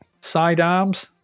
sidearms